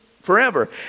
forever